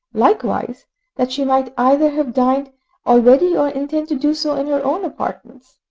likewise that she might either have dined already or intend to do so in her own apartments.